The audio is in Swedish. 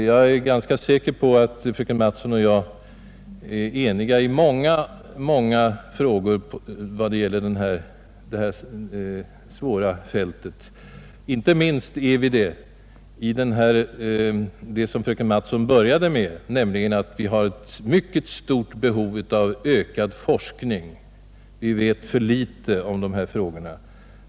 Jag är ganska säker på att fröken Mattson och jag är eniga beträffande många av dessa svåra frågor, inte minst är vi det när det gäller behovet av en ökad forskning. Vi vet för litet om dessa frågor.